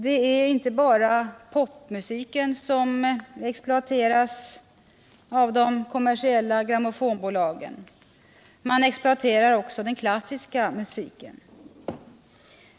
Det är inte bara popmusiken som exploateras av de kommersiella grammofonbolagen. De exploaterar även den klassiska musiken.